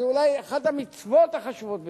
זו אולי אחת המצוות החשובות ביותר.